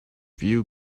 few